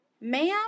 Ma'am